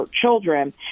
children